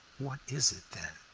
what is it then?